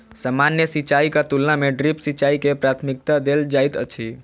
सामान्य सिंचाईक तुलना मे ड्रिप सिंचाई के प्राथमिकता देल जाइत अछि